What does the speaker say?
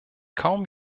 kaum